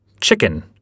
chicken